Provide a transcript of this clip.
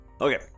Okay